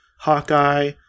Hawkeye